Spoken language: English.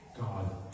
God